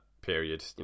period